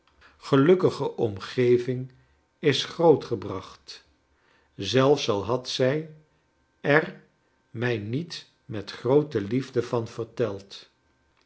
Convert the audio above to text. gelukkige kleine dorrit omgeving is grootgehracht zelfs al had zij er mij niet met groote liefde van verteld